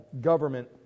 government